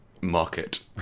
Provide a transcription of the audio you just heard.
market